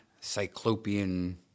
cyclopean